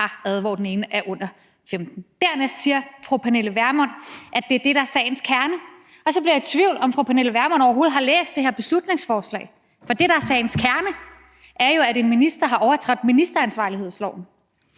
når den ene er under 15 år. Dernæst siger fru Pernille Vermund, at det er det, der er sagens kerne, og så bliver jeg i tvivl om, om fru Pernille Vermund overhovedet har læst det her beslutningsforslag. For det, der er sagens kerne, er jo, at en minister har overtrådt ministeransvarlighedslovens